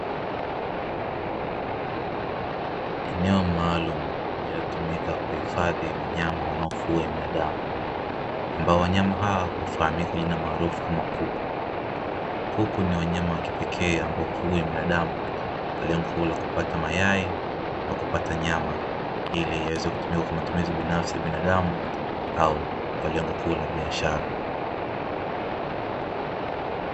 Eneo maalumu linalotumika kuhifadhi wanyama wanaofugwa na binadamu ambao wanyama hawa hufahamika kwa jina maarufu kama Kuku. Kuku ni wanyama wa kipekee ambao hufugwa na binadamu kwa lengo la kupata mayai na kupata nyama ili iweze kutumika kwa matumizi binafsi ya binadamu au kwa lengo kuu la biashara.